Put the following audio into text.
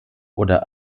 oder